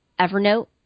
evernote